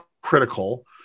critical